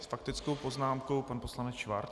S faktickou poznámkou pan poslanec Schwarz.